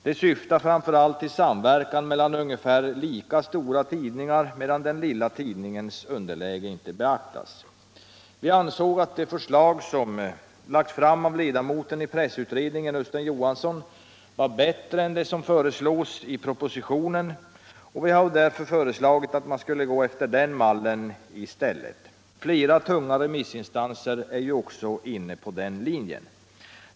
De syftar framför allt till samverkan mellan ungefär lika stora tidningar, medan den lilla tidningens underläge inte beaktas. Vi ansåg att det förslag som har lagts fram av ledamoten i pressutredningen, Östen Johansson, var bättre än vad som föreslås i propositionen, och vi har därför föreslagit att man skulle gå efter Östen Johanssons mall i stället. Flera tunga remissinstanser är också inne på den linjen.